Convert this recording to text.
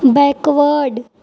backward